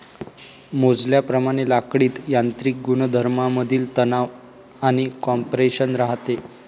मोजल्याप्रमाणे लाकडीत यांत्रिक गुणधर्मांमधील तणाव आणि कॉम्प्रेशन राहते